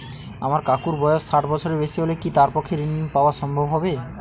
আমার কাকুর বয়স ষাট বছরের বেশি হলে কি তার পক্ষে ঋণ পাওয়া সম্ভব হবে?